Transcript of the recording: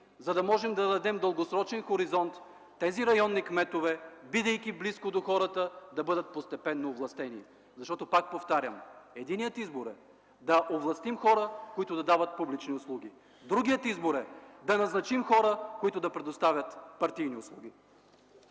за да можем да дадем дългосрочен хоризонт тези районните кметове, бидейки близо до хората, да бъдат постепенно овластени. Пак повтарям, единият избор е да овластим хора, които да дават публични услуги, другият избор е да назначим хора, които да предоставят партийни услуги.